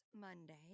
Monday